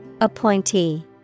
Appointee